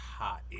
hot